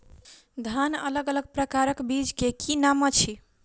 धान अलग अलग प्रकारक बीज केँ की नाम अछि?